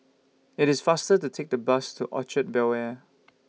IT IS faster to Take The Bus to Orchard Bel Air